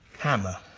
hammer.